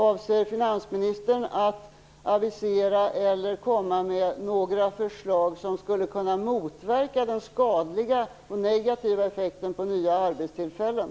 Avser finansministern att avisera eller komma med några förslag som skulle kunna motverka den skadliga och negativa effekten när det gäller nya arbetstillfällen?